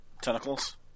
tentacles